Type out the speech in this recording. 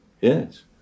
Yes